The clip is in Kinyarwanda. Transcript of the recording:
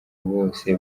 bose